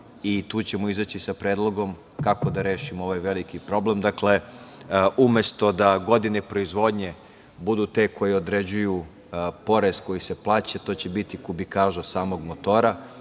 Tu ćemo izaći sa predlogom kako da rešimo ovaj veliki problem. Dakle, umesto da godine proizvodnje budu te koje određuju porez koji se plaća, to će biti kubikaža samog motora.